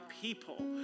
people